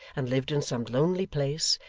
and lived in some lonely place,